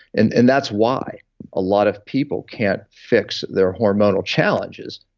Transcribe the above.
and and that's why a lot of people can't fix their hormonal challenges.